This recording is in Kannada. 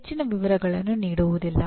ಅವರು ಹೆಚ್ಚಿನ ವಿವರಗಳನ್ನು ನೀಡುವುದಿಲ್ಲ